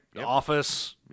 office